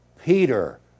Peter